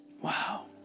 Wow